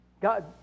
God